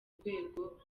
rwego